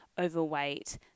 overweight